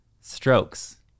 Strokes